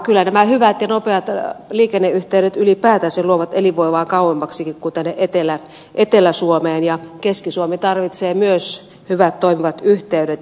kyllä nämä hyvät ja nopeat liikenneyhteydet ylipäätänsä luovat elinvoimaa kauemmaksikin kuin tänne etelä suomeen ja keski suomi tarvitsee myös hyvät toimivat yhteydet